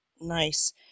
Nice